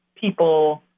people